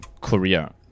Korea